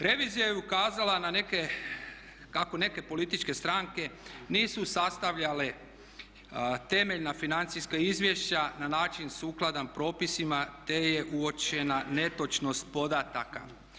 Revizija je ukazala na neke, kako neke političke stranke nisu sastavljale temeljna financijska izvješća na način sukladan propisima te je uočena netočnost podataka.